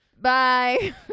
Bye